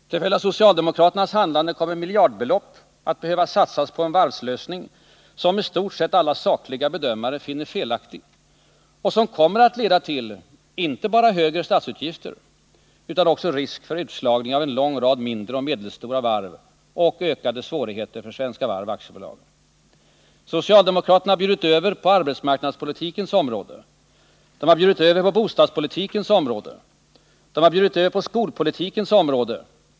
Till följd av socialdemokraternas handlande kommer miljardbelopp att behöva satsas på en varvslösning, som i stort sett alla sakliga bedömare finner felaktig och som kommer att leda till inte bara högre statsutgifter utan också risk för utslagning av en lång rad mindre och medelstora varv samt ökade svårigheter för Svenska Varv AB. Socialdemokraterna har bjudit över på arbetsmarknadspolitikens område. De har bjudit över på bostadspolitikens område. De har bjudit över på skolpolitikens område.